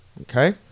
okay